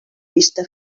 vista